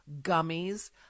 gummies